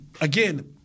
again